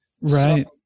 Right